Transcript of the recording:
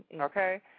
Okay